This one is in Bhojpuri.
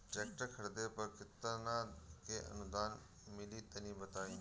ट्रैक्टर खरीदे पर कितना के अनुदान मिली तनि बताई?